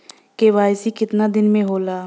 KYC कितना दिन में होले?